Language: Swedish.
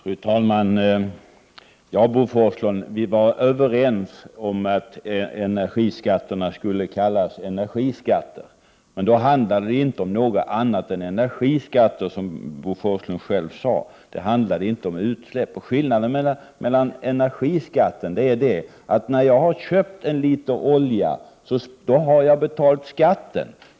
Fru talman! Det är riktigt att vi var överens om att energiskatterna skulle kallas energiskatter, Bo Forslund. Då handlade det inte om något annat än energiskatter, som Bo Forslund själv sade. Det handlade däremot inte om utsläpp. När jag har köpt en liter olja har jag betalat skatten.